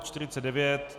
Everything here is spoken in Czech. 49.